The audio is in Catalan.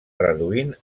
reduint